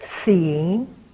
seeing